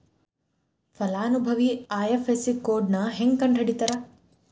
ಫಲಾನುಭವಿ ಐ.ಎಫ್.ಎಸ್.ಸಿ ಕೋಡ್ನಾ ಹೆಂಗ ಕಂಡಹಿಡಿತಾರಾ